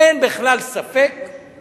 אין בכלל ספק,